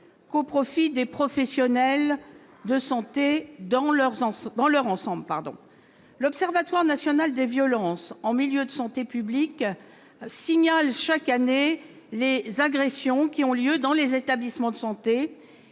qu'au profit de l'ensemble des professionnels. L'Observatoire national des violences en milieu de santé signale chaque année les agressions qui ont lieu dans les établissements de santé